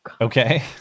Okay